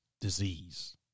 disease